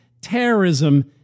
terrorism